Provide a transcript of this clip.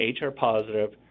HR-positive